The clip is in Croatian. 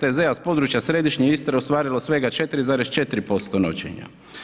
TZ-a s područja središnje Istre ostvarilo svega 4,4% noćenja.